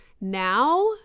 now